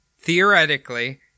theoretically